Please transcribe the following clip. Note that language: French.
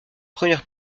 première